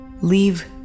Leave